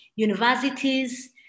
Universities